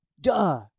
Duh